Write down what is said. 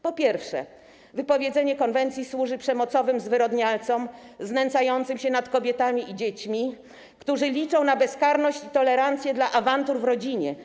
Po pierwsze, wypowiedzenie konwencji służy przemocowym zwyrodnialcom, znęcającym się nad kobietami i dziećmi, którzy liczą na bezkarność i tolerancję dla awantur w rodzinie.